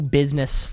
business